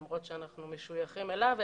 למרות שאנחנו משויכים אליו,